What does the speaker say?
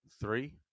Three